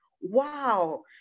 wow